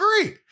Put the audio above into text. agree